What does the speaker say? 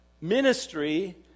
ministry